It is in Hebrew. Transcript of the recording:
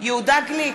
יהודה גליק,